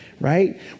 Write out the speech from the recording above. right